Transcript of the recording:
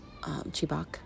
Chibok